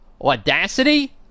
Audacity